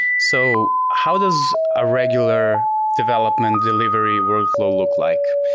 so how does a regular development, delivery workload look like?